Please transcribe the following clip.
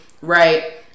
right